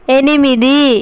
ఎనిమిది